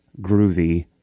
groovy